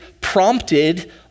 prompted